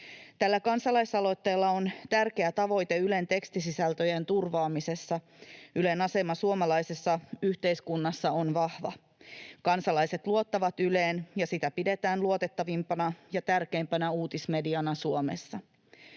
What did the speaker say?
Tällä kansalaisaloitteella on tärkeä tavoite Ylen tekstisisältöjen turvaamisessa. Ylen asema suomalaisessa yhteiskunnassa on vahva. Kansalaiset luottavat Yleen, ja sitä pidetään luotettavimpana ja tärkeimpänä uutismediana Suomessa.